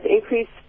increased